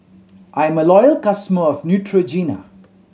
I'm a loyal customer of Neutrogena